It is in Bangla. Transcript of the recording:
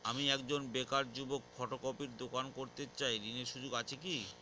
আমি একজন বেকার যুবক ফটোকপির দোকান করতে চাই ঋণের সুযোগ আছে কি?